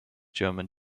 german